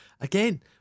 again